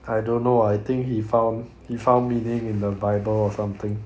I don't know I think he found he found meaning in the bible or something